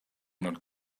not